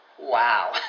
Wow